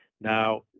Now